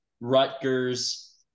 Rutgers